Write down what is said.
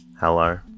Hello